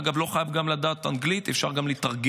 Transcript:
אגב, לא חייבים לדעת אנגלית, אפשר גם לתרגם,